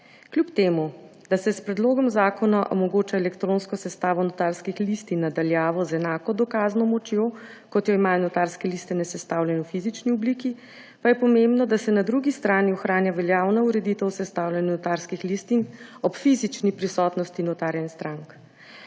Kljub temu da se s predlogom zakona omogoča elektronsko sestavo notarskih listin na daljavo z enako dokazno močjo, kot jo imajo notarske listine, sestavljene v fizični obliki, pa je pomembno, da se na drugi strani ohranja veljavna ureditev sestavljanja notarskih listin ob fizični prisotnosti notarja in strank.